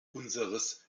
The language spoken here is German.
unseres